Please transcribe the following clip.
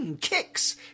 kicks